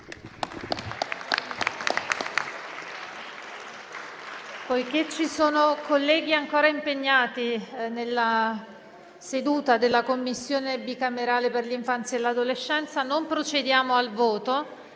Poiché ci sono colleghi ancora impegnati nella seduta della Commissione bicamerale per l'infanzia e l'adolescenza, non procediamo al voto,